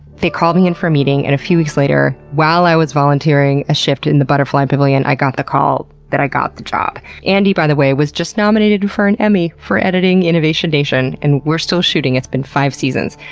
they called me in for a meeting and a few weeks later while i was volunteering a shift in the butterfly pavilion, i got the call that i got the job. andy, by the way, was just nominated for an emmy for editing innovation nation. and we're still shooting. it's been five seasons.